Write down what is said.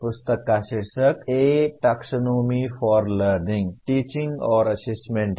पुस्तक का शीर्षक a taxonomy for learning teaching और असेसमेंट है